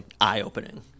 eye-opening